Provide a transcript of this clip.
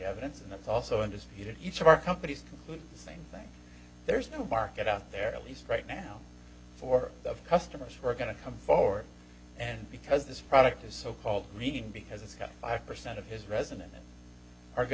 evidence and it's also undisputed each of our companies the same thing there's no market out there at least right now for the customers who are going to come forth and because this product is so called green because it's got five percent of his resonance are going